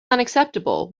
unacceptable